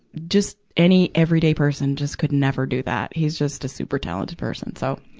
just any everyday person just could never do that. he's just a super talented person. so,